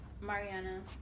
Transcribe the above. Mariana